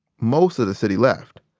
most of the city left.